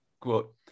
quote